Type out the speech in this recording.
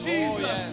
Jesus